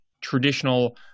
traditional